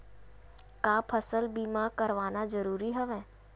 का फसल बीमा करवाना ज़रूरी हवय?